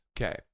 Okay